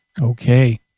Okay